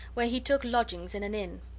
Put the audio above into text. where he took lodgings in an inn.